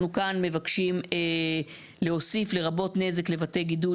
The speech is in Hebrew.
כאן מבקשים להוסיף "לרבות נזק לבתי גידול,